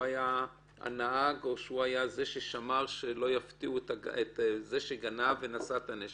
הוא היה הנהג או זה ששמר שלא יפתיעו את זה שגנב ונשא את הנשק.